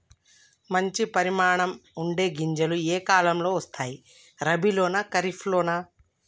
మంచి పరిమాణం ఉండే గింజలు ఏ కాలం లో వస్తాయి? రబీ లోనా? ఖరీఫ్ లోనా?